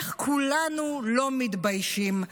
איך כולנו לא מתביישים?